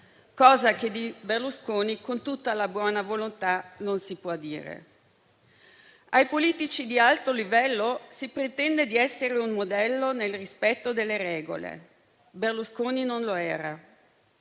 cosa che di Berlusconi, con tutta la buona volontà, non si può dire. Dai politici di alto livello si pretende che siano un modello nel rispetto delle regole: Berlusconi non lo era.